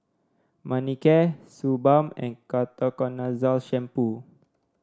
Manicare Suu Balm and Ketoconazole Shampoo